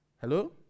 Hello